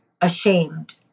ashamed